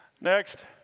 Next